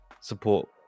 support